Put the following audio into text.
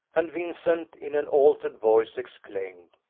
and vincent, in an altered voice, exclaimed,